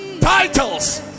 titles